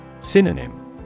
Synonym